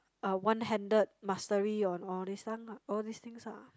a one handed mastery on all this one lah all these things ah